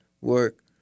work